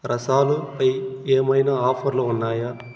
రసాలు పై ఏమైనా ఆఫర్లు ఉన్నాయా